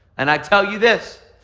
and i tell you this.